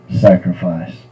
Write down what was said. sacrifice